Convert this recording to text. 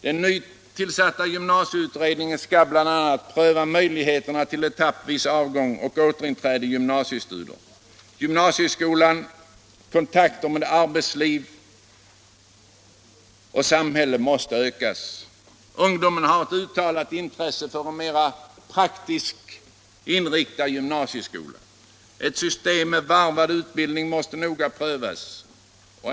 Den nytillsatta gymnasieutredningen skall bl.a. pröva möjligheter till etappvis avgång och återinträde i gymnasiestudier. Gymnasieskolans kontakter med arbetsliv och samhälle måste öka. Ungdomen har ett uttalat intresse för en mera praktiskt inriktad gymnasieskola. Ett system med varvad utbildning måste noga prövas.